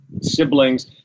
siblings